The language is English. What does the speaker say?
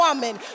Woman